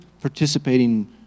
participating